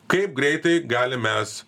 kaip greitai galim mes